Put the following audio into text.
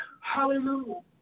Hallelujah